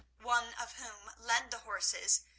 one of whom led the horses,